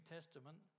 Testament